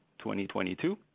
2022